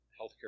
healthcare